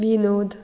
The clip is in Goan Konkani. विनोद